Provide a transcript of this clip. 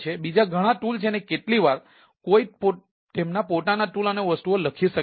બીજા ઘણા ટૂલ છે અને કેટલીક વાર કોઈ તેમના પોતાના ટૂલ અને વસ્તુઓ લખી શકે છે